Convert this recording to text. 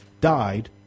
died